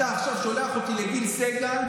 אתה עכשיו שולח אותי לגיל סגל,